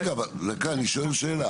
רגע אבל דקה, אני שואל שאלה.